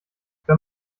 wenn